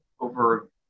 over